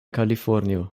kalifornio